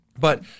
but-